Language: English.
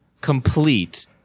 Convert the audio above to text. complete